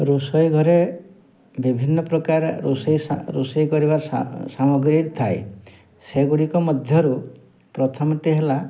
ରୋଷେଇ ଘରେ ବିଭିନ୍ନ ପ୍ରକାର ରୋଷେଇ ରୋଷେଇ କରିବାର ସାମଗ୍ରୀ ଥାଏ ସେଗୁଡ଼ିକ ମଧ୍ୟରୁ ପ୍ରଥମଟି ହେଲା